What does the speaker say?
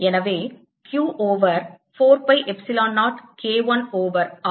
எனவே Q over 4 pi epsilon 0 K 1 over r